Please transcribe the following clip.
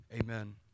Amen